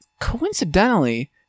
coincidentally